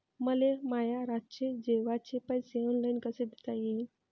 मले माया रातचे जेवाचे पैसे ऑनलाईन कसे देता येईन?